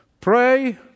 Pray